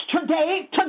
today